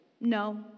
No